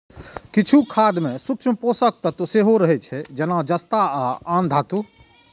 किछु खाद मे सूक्ष्म पोषक तत्व सेहो रहै छै, जेना जस्ता आ आन धातु